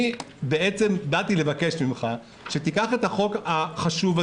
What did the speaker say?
אני באתי לבקש ממך שתיקח את הצעת החוק החשובה